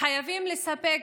חייבים לספק